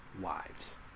wives